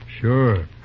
Sure